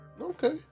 Okay